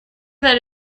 that